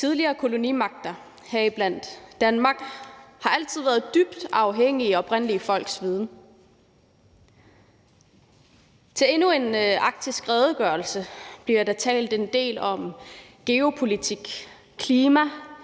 Tidligere kolonimagter, heriblandt Danmark, har altid været dybt afhængige af oprindelige folks viden. Til endnu en arktisk redegørelse bliver der talt en del om geopolitik, klima,